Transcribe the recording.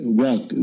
work